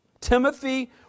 Timothy